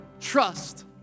trust